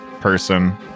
person